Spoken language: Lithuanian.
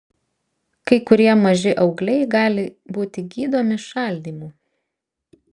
kai kurie maži augliai gali būti gydomi šaldymu